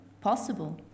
possible